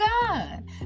God